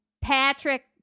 patrick